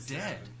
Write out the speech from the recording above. dead